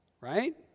right